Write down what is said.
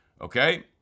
okay